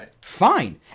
fine